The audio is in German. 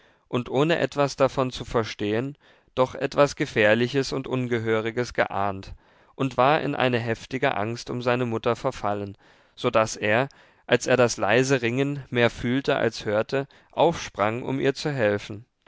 und ohne etwas davon zu verstehen doch etwas gefährliches und ungehöriges geahnt und war in eine heftige angst um seine mutter verfallen so daß er als er das leise ringen mehr fühlte als hörte aufsprang um ihr zu helfen